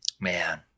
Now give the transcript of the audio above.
man